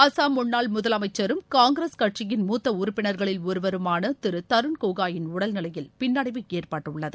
அசாம் முன்னாள் முதலமைச்சரும் காங்கிரஸ் கட்சியின் மூத்த உறுப்பினர்களில் ஒருவருமான திரு தருண் கோகோய் ன் உடல்நிலையில் பின்னடைவு ஏற்பட்டுள்ளது